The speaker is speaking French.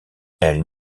elle